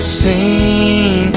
seen